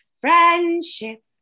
friendship